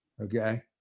okay